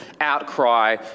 outcry